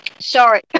Sorry